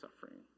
suffering